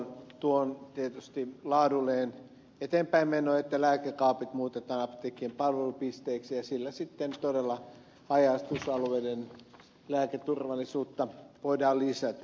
tuo on tietysti laadullinen eteenpäinmeno että lääkekaapit muutetaan apteekkien palvelupisteiksi ja sillä sitten todella haja asutusalueiden lääketurvallisuutta voidaan lisätä